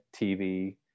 TV